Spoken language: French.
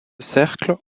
cercle